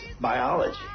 biology